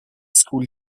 school